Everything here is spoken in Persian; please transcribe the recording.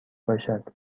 باشد